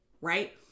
right